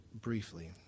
briefly